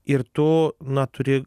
ir tu na turi